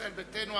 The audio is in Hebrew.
ישראל ביתנו,